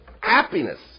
happiness